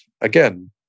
again